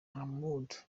muhamud